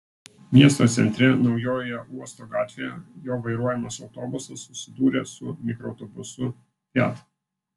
miesto centre naujojoje uosto gatvėje jo vairuojamas autobusas susidūrė su mikroautobusu fiat